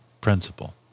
principle